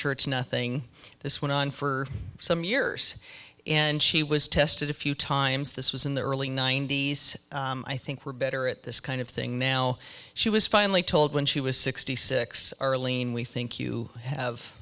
sure it's nothing this went on for some years and she was tested a few times this was in the early ninety's i think we're better at this kind of thing now she was finally told when she was sixty six arlene we think you have